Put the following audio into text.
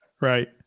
right